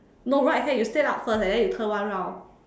no right hand you stand up first and then you turn one round